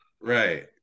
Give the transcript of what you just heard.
Right